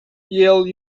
yale